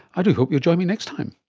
i do hope you'll join me next time